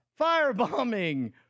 firebombing